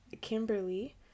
Kimberly